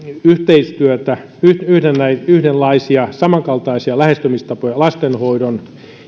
yhteistyötä yhdenlaisia samankaltaisia lähestymistapoja lastenhoidon